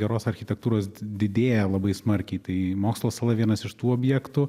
geros architektūros didėja labai smarkiai tai mokslo sala vienas iš tų objektų